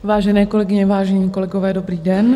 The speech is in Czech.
Vážené kolegyně, vážení kolegové, dobrý den.